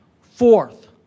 Fourth